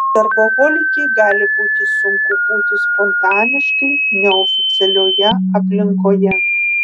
darboholikei gali būti sunku būti spontaniškai neoficialioje aplinkoje